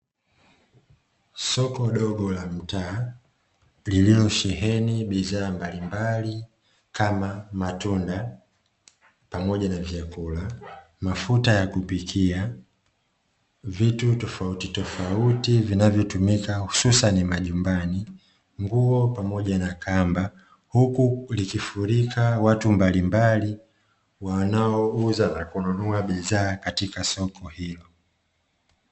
Soko dogo la mta nzania mbalimbali kama matunda mafuta ya kupikia vitu tofauti tofauti vinavyotumika hususan majumbani nguo pamoja na kamba huku likifurika watu mbalimbali wanao uza na kununua bidhaa katika soko hili